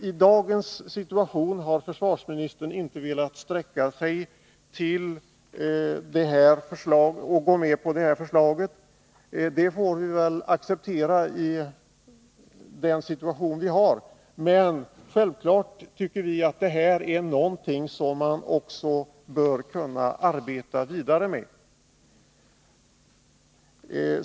I dagens situation har försvarsministern inte velat sträcka sig så långt som till att gå med på detta förslag, och det får vi väl acceptera. Men självfallet tycker vi att detta är någonting som man också bör kunna arbeta vidare med.